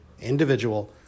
individual